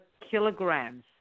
kilograms